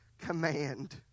command